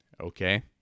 Okay